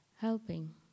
helping